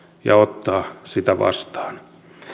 ja ottaa sitä vastaan